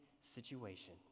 situation